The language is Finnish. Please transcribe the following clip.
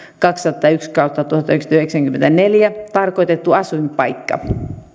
kaksisataayksi kautta tuhatyhdeksänsataayhdeksänkymmentäneljä tarkoitettu asuinpaikka